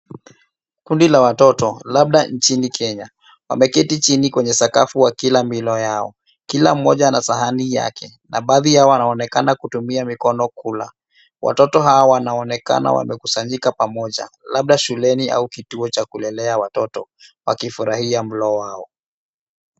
Kundi la watoto, labda nchini Kenya, wameketi chini kwenye sakafu wakila milo yao. Kila mmoja ana sahani yake na baadhi ya wanaonekana kutumia mikono kula. Watoto hawa wanaonekana wamekusanyika pamoja labda shuleni au kituo cha kulelea watoto, wakifurahia mlo wao.